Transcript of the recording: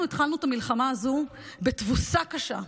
אנחנו התחלנו את המלחמה הזו בתבוסה קשה.